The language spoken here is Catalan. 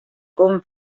com